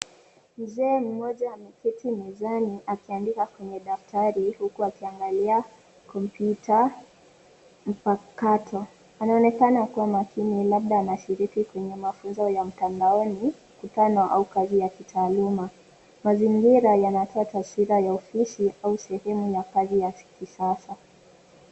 Mzee mmoja ameketi mezani akiandika kwenye daftari huku akiangalia kompyuta mpakato. Anaonekana akiwa labda anashiriki kwenye mafunzo ya mtandaoni, mkutano au kazi ya kitaaluma. Mazingira yanatoa taswira ya ofisi au sehemu ya kazi ya kisasa.